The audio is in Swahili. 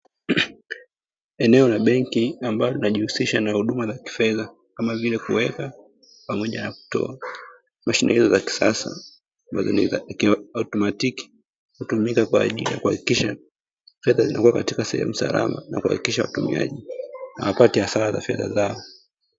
Eneo la benki ambalo linajihusisha na huduma za kifedha, kama vile kuweka pamoja na kutoa. Mashine hizo za kisasa ambazo ni za kiautomatiki, hutumika kwa ajili ya kuhakikisha fedha zinakuwa katika sehemu salama, na kuhakikisha watumiaji hawapati hasara za fedha zao.